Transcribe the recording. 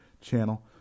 channel